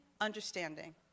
Understanding